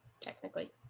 technically